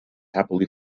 happily